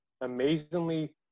amazingly